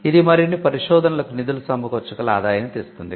ఇది మరిన్ని పరిశోధనలకు నిధులు సమకూర్చగల ఆదాయాన్ని తెస్తుంది